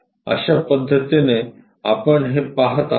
अश्या पध्दतीने आपण हे पाहत आहोत